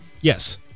Yes